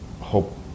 hope